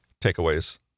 Takeaways